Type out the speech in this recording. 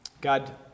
God